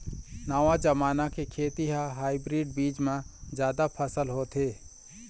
नवा जमाना के खेती म हाइब्रिड बीज म जादा फसल होथे